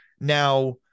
Now